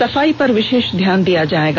सफाई पर विशेष ध्यान दिया जाएगा